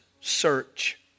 search